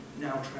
now